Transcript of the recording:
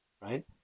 right